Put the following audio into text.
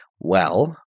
Well-